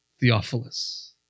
Theophilus